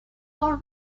all